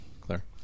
Claire